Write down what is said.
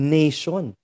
nation